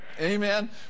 Amen